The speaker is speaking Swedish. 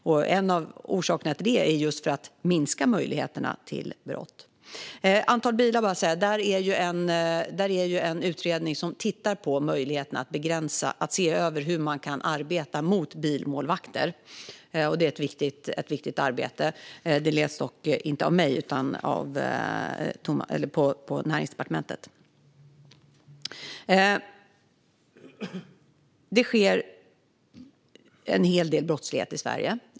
Och en av orsakerna handlar just om att minska möjligheterna till brott. Sedan gällde det antalet bilar. Det finns en utredning som ser över hur man kan arbeta mot bilmålvakter. Det är ett viktigt arbete. Det leds dock inte av mig - det leds på Näringsdepartementet. Det sker en hel del brottslighet i Sverige.